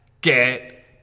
get